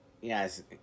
yes